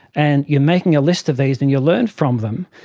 and you're making a list of these and you learn from them.